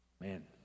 Man